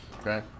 okay